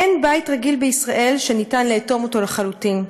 אין בית רגיל בישראל שאפשר לאטום אותו לחלוטין,